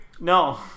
No